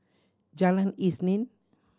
Jalan Isnin